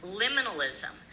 liminalism